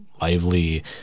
lively